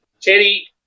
Teddy